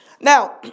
Now